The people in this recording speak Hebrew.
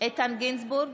איתן גינזבורג,